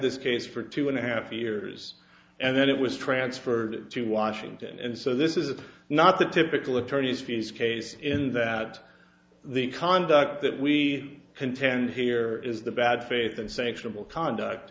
this case for two and a half years and then it was transferred to washington and so this is not the typical attorney's fees case in that the conduct that we contend here is the bad faith and sanctionable conduct